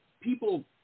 people